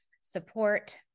support